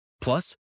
Plus